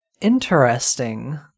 Interesting